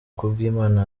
kubwimana